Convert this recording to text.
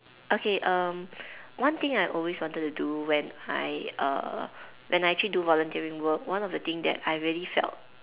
okay um one thing I always wanted to do when I uh when I actually do volunteering work one of the thing that I really felt